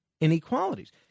Inequalities